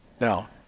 Now